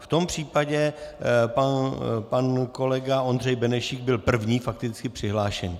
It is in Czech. V tom případě pan kolega Ondřej Benešík byl první fakticky přihlášený.